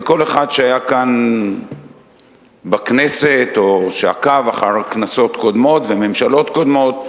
וכל אחד שהיה כאן בכנסת או שעקב אחר כנסות קודמות וממשלות קודמות,